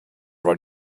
what